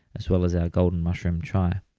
as well as our golden mushroom chai.